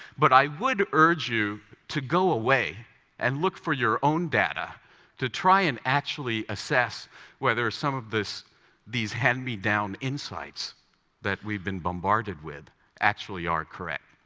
but i would urge you to go away and look for your own data to try and actually assess whether some of these hand-me-down insights that we've been bombarded with actually are correct.